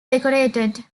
decorated